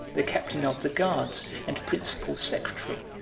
the captain of the guards and principal secretary,